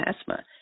asthma